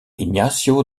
ignacio